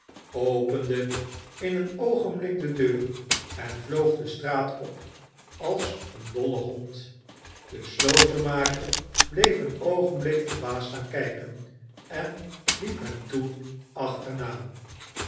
opende in een oogenblik de deur en vloog de straat op als een dolle hond de slotenmaker bleef een oogenblik verbaasd staan kijken en liep hem toen achterna